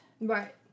Right